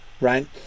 Right